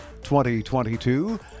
2022